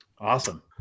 awesome